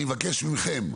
אני מבקש מכם,